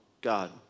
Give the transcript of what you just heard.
God